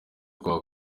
kwa